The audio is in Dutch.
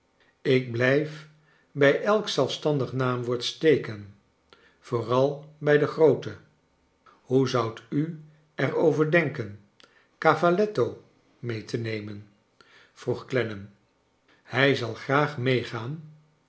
ik blij f bij elk zelfstandig naamwoord steken vooral bij de groote hoe zoudt u er over denken cavalletto mee te nemenf vroeg clennam hij zal graag meegaan